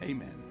Amen